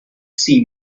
see